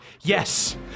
Yes